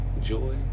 joy